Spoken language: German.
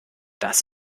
das